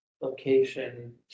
location